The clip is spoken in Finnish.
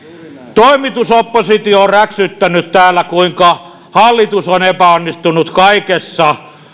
toimitusoppositio on räksyttänyt täällä kuinka hallitus on epäonnistunut kaikessa